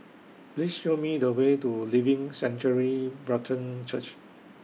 Please Show Me The Way to Living Sanctuary Brethren Church